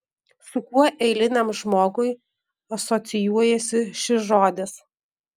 su kuo eiliniam žmogui asocijuojasi šis žodis